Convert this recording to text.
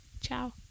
ciao